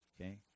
Okay